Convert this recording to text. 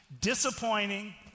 disappointing